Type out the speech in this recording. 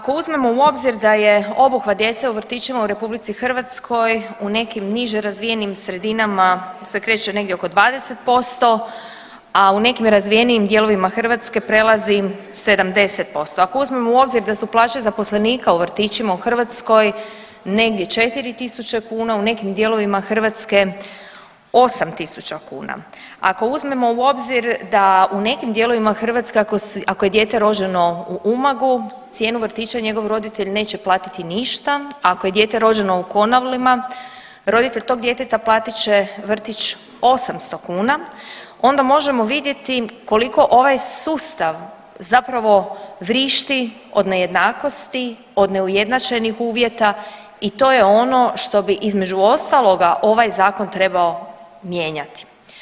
Ako uzmemo u obzir da je obuhvat djece u vrtićima u RH u nekim niže razvijenim zemljama se kreće negdje oko 20%, a u nekim razvijenijim dijelovima Hrvatske prelazi 70%, ako uzmemo u obzir da su plaće zaposlenika u vrtićima u Hrvatskoj negdje 4 tisuće kuna, u nekim dijelovima Hrvatske 8 tisuća kuna, ako uzmemo u obzir da u nekim dijelovima Hrvatske ako je dijete rođeno u Umagu cijenu vrtića njegov roditelj neće platiti ništa, a ako je dijete rođeno u Konavlima roditelj tog djeteta platit će vrtić 800 kuna, onda možemo vidjeti koliko ovaj sustav zapravo vrišti od nejednakosti, od neujednačenih uvjeta i to je ono što bi između ostaloga ovaj zakon trebao mijenjati.